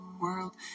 world